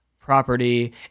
property